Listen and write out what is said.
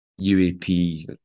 UAP